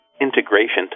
integration